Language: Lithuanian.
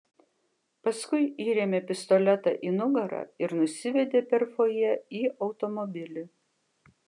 paskui įrėmė pistoletą į nugarą ir nusivedė per fojė į automobilį